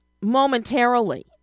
momentarily